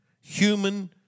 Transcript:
human